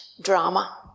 drama